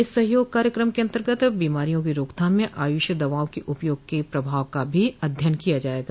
इस सहयोग कार्यक्रम के अंतर्गत बीमारियों की रोकथाम में आयुष दवाओं के उपयोग के प्रभाव का भी अध्ययन किया जाएगा